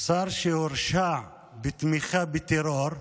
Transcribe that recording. שר שהורשע בתמיכה בטרור,